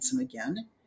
again